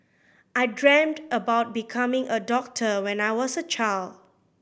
I dreamt of becoming a doctor when I was a child